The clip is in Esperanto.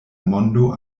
mondo